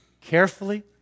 carefully